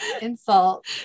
insult